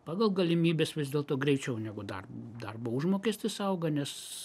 pagal galimybes vis dėlto greičiau negu dar darbo užmokestis auga nes